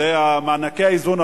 זה מענקי האיזון,